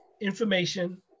information